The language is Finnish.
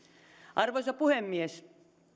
arvoisa puhemies